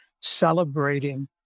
celebrating